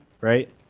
right